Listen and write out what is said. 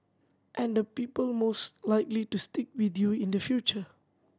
and the people most likely to stick with you in the future